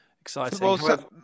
exciting